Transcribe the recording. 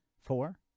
Four